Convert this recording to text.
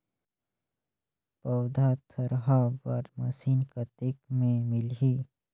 पौधा थरहा बर मशीन कतेक मे मिलही?